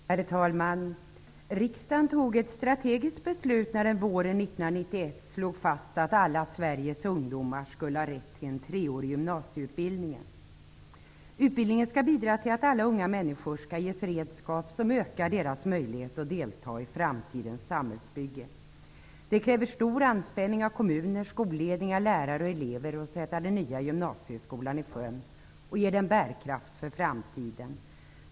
Herr talman! Riksdagen fattade ett strategiskt beslut när den våren 1991 slog fast alla Sveriges ungdomar skulle ha rätt till en treårig gymnasieutbildning. Utbildningen skall bidra till att alla unga människor skall ges redskap som ökar deras möjligheter att delta i framtidens samhällsbygge. Det kräver stor anspänning av kommuner, skolledningar, lärare och elever att sätta den nya gymnasieskolan i sjön och ge den bärkraft för framtiden.